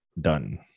done